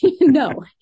No